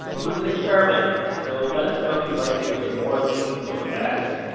it was an experiment for us, so let us know if you'd like to hear more of these, or less,